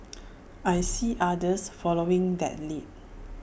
I see others following that lead